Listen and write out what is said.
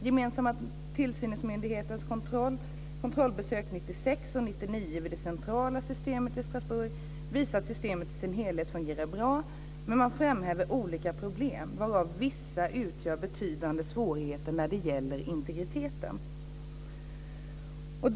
Gemensamma tillsynsmyndighetens kontrollbesök 1996 och 1999 vid det centrala systemet i Strasbourg visade att systemet i sin helhet fungerar bra, men framhävde olika problem, varav vissa utgör betydande svårigheter när det gäller integriteten.